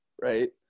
right